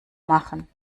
machen